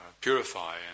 purify